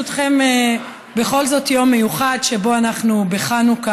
ברשותכם, בכל זאת זה יום מיוחד, שבו אנחנו בחנוכה,